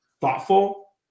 thoughtful